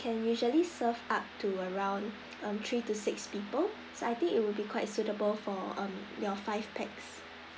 you can usually serve up to around um three to six people so I think it would be quite suitable for um your five pax